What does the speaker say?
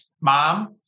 mom